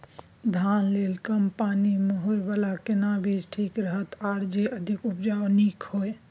धान लेल कम पानी मे होयबला केना बीज ठीक रहत आर जे अधिक उपज नीक होय?